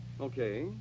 Okay